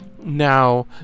Now